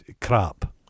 crap